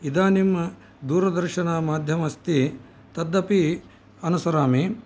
इदानीं दूरदर्शनमाद्यमस्ति तदपि अनुसरामि